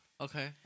Okay